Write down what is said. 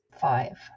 Five